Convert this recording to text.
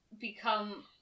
become